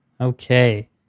Okay